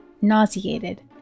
nauseated